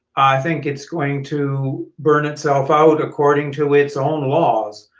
think it's going to burn itself out according to its own laws.